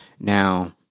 Now